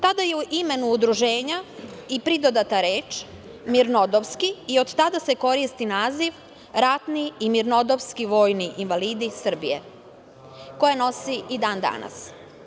Tada je imenu udruženja pridodata reč mirnodopski i od tada se koristi naziv – Ratni i mirnodopski vojni invalidi Srbije, koje nosi i dan danas.